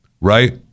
right